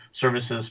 services